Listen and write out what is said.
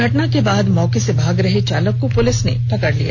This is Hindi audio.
घटना के बाद मौके से भाग रहे चालक को पुलिस ने पकड़ लिया